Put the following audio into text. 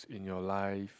in your life